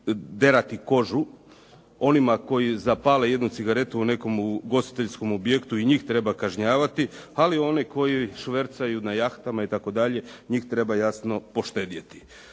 derati kožu. Onima koji zapale jednu cigaretu u nekom ugostiteljskom objektu i njih treba kažnjavati, ali oni koji švercaju na jahtama itd. njih treba jasno poštedjeti.